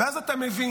ואז אתה מבין.